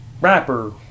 rapper